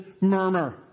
murmur